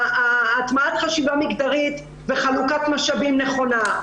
הטמעת חשיבה מגדרית וחלוקת משאבים נכונה,